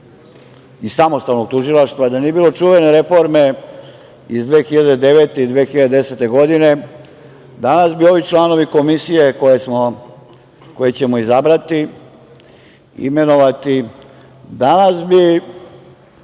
i samostalnog tužilaštva, da nije bilo čuvene reforme iz 2009. i 2010. godine danas bi ovi članovi Komisije koje ćemo izabrati, imenovati, danas bi